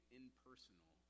impersonal